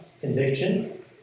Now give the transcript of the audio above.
conviction